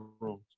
rooms